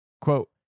Quote